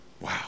Wow